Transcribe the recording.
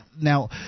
now